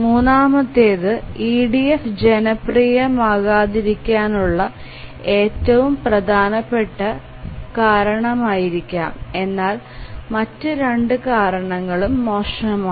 മൂന്നാമത്തേത് EDF ജനപ്രിയമാകാതിരിക്കാനുള്ള ഏറ്റവും പ്രധാനപ്പെട്ട കാരണമായിരിക്കാം എന്നാൽ മറ്റ് 2 കാരണങ്ങളും മോശമാണ്